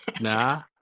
Nah